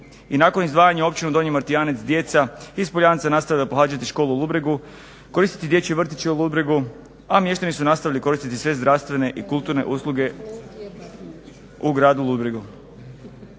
i nakon izdvajanja … Martijanec djeca iz Poljanica nastavljaju pohađati školu u Ludbregu koristiti dječje vrtiće u Ludbregu a mještani su nastavili koristiti sve zdravstvene i kulturne usluge u gradu Ludbregu.